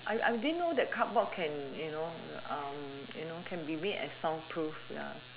I I didn't know that cardboard can you know you know can remain as sound proof ya